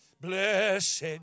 blessed